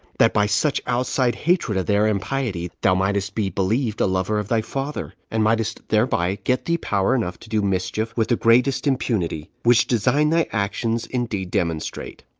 that by such outside hatred of their impiety thou mightest be believed a lover of thy father, and mightest thereby get thee power enough to do mischief with the greatest impunity which design thy actions indeed demonstrate.